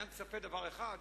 אני מצפה רק לדבר אחד,